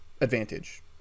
advantage